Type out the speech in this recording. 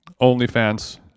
OnlyFans